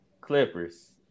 Clippers